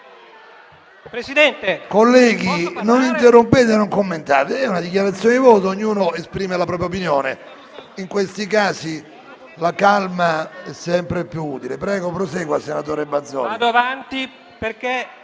i colleghi a non interrompere e a non commentare: è una dichiarazione di voto e ognuno esprime la propria opinione. In questi casi, la calma è sempre più utile. Prego, prosegua senatore Bazoli.